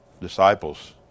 disciples